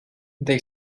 they